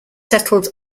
settled